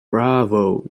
bravo